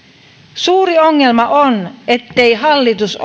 suuri ongelma on ettei hallitus